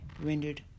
rendered